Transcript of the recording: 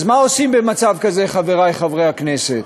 אז מה עושים במצב כזה, חברי חברי הכנסת?